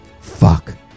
Fuck